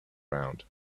round